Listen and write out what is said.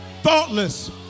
thoughtless